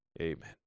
Amen